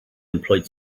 employed